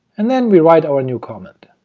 and then we write our new comment.